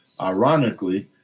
Ironically